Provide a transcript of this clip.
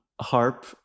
harp